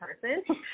person